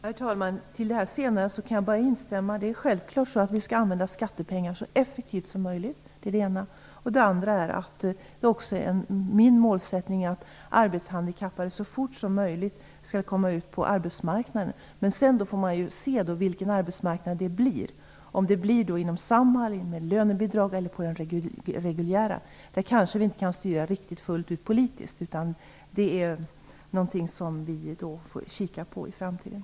Herr talman! I det senare kan jag bara instämma. Det är självklart att vi skall använda skattepengar så effektivt som möjligt. Det är det ena. Det andra är att också min målsättning är att arbetshandikappade så fort som möjligt skall komma ut på arbetsmarknaden. Sedan får man se vilken arbetsmarknad det blir, om det blir inom Samhall med lönebidrag eller på den reguljära. Det kanske vi inte kan styra riktigt fullt ut politiskt, utan det är någonting som vi får kika på i framtiden.